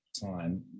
time